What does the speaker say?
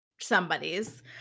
somebody's